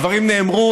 הדברים נאמרו.